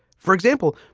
for example,